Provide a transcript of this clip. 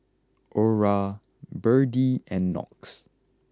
Ora Berdie and Knox